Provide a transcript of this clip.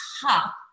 top